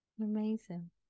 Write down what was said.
Amazing